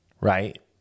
right